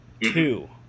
two